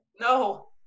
No